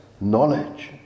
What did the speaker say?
knowledge